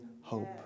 hope